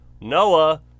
Noah